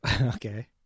Okay